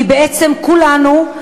כי בעצם כולנו,